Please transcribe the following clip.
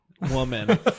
woman